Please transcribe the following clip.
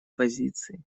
позиции